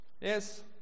Yes